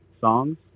songs